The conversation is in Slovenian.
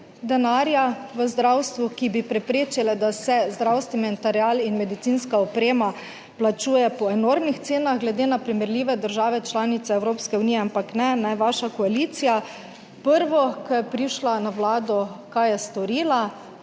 denarja v zdravstvu, ki bi preprečile, da se zdravstveni material in medicinska oprema plačuje po enormnih cenah glede na primerljive države članice Evropske unije. Ampak ne, ne, vaša koalicija prvo, ko je prišla na Vlado, kaj je storila?